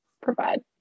provide